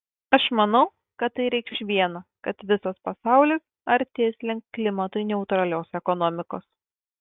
aš manau kad tai reikš viena kad visas pasaulis artės link klimatui neutralios ekonomikos